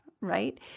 right